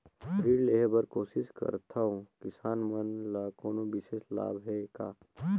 ऋण लेहे बर कोशिश करथवं, किसान मन ल कोनो विशेष लाभ हे का?